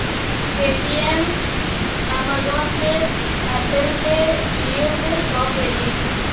Paytm, Amazon pay, Apple pay, Jio pay সব বেরিয়েছে